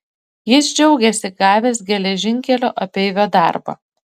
jis džiaugėsi gavęs geležinkelio apeivio darbą